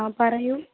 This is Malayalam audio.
ആ പറയൂ